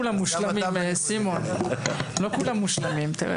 סימון, לא כולם מושלמים.